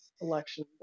election